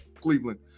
Cleveland